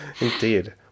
Indeed